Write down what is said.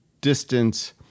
distance